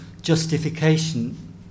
justification